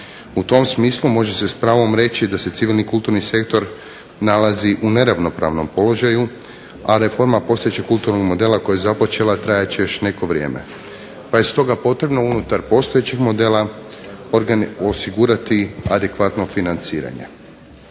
U tom smislu može se s pravom reći da se civilni kulturni sektor nalazi u neravnopravnom položaju, a reforma postojećeg kulturnog modela koja je započela trajat će još neko vrijeme pa je stoga potrebno unutar postojećih modela osigurati adekvatno financiranje.